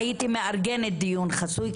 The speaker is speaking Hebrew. והייתי מארגנת דיון חסוי,